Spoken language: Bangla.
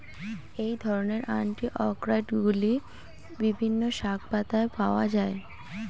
এই ধরনের অ্যান্টিঅক্সিড্যান্টগুলি বিভিন্ন শাকপাতায় পাওয়া য়ায়